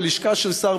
לשכה של שר,